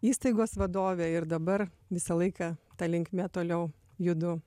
įstaigos vadovė ir dabar visą laiką ta linkme toliau judu